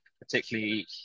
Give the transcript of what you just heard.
particularly